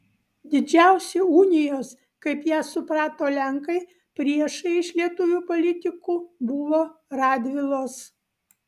didžiausi unijos kaip ją suprato lenkai priešai iš lietuvių politikų buvo radvilos